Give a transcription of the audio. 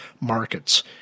markets